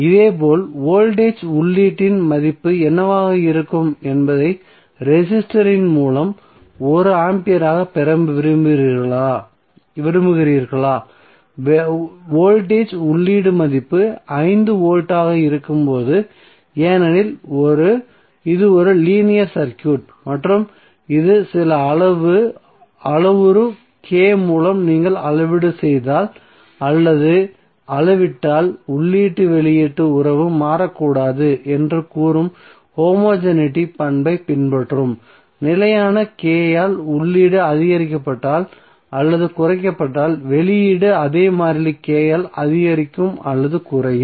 இதேபோல் வோல்டேஜ் உள்ளீட்டின் மதிப்பு என்னவாக இருக்கும் என்பதை ரெசிஸ்டரின் மூலம் 1 ஆம்பியராகப் பெற விரும்புகிறீர்களா வோல்டேஜ் உள்ளீட்டு மதிப்பு 5 வோல்ட் ஆக இருக்கும் ஏனெனில் இது ஒரு லீனியர் சர்க்யூட் மற்றும் இது சில அளவுரு K மூலம் நீங்கள் அளவீடு செய்தால் அல்லது அளவிட்டால் உள்ளீட்டு வெளியீட்டு உறவு மாறக்கூடாது என்று கூறும் ஹோமோஜெனிட்டி பண்பை பின்பற்றும் நிலையான K ஆல் உள்ளீடு அதிகரிக்கப்பட்டால் அல்லது குறைக்கப்பட்டால் வெளியீடு அதே மாறிலி K ஆல் அதிகரிக்கும் அல்லது குறையும்